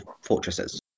fortresses